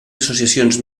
associacions